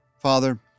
Father